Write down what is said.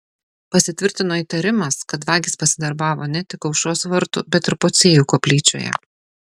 pasitvirtino įtarimas kad vagys pasidarbavo ne tik aušros vartų bet ir pociejų koplyčioje